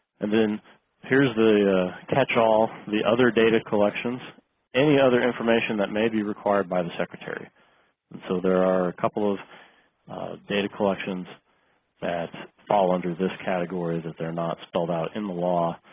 and then here's the catch all the other data collections any other information that may be required by the secretary and so there are a couple of data collections that fall under this category that they're not spelled out in the law.